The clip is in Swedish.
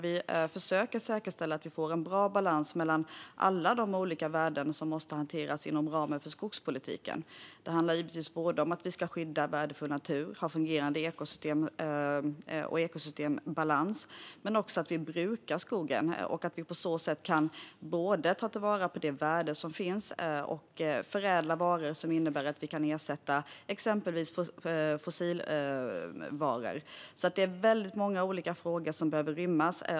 Vi försöker att säkerställa att vi får en bra balans mellan alla de olika värden som måste hanteras inom ramen för skogspolitiken. Det handlar givetvis om att vi ska skydda värdefull natur och ha fungerande ekosystem och ekosystembalans. Men det handlar också om att vi brukar skogen. Vi kan på så sätt ta till vara det värde som finns och förädla varor som innebär att vi kan ersätta exempelvis fossilbaserade varor. Det är väldigt många olika frågor som behöver rymmas.